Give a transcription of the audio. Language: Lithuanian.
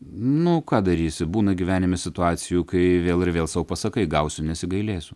nu ką darysi būna gyvenime situacijų kai vėl ir vėl sau pasakai gausiu nesigailėsiu